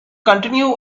continue